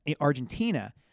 Argentina